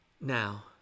now